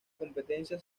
competencia